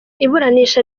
iburanisha